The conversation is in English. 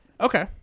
Okay